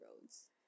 roads